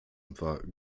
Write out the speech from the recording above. war